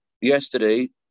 yesterday